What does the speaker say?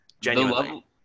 Genuinely